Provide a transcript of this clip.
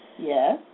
yes